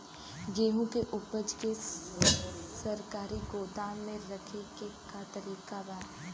गेहूँ के ऊपज के सरकारी गोदाम मे रखे के का तरीका बा?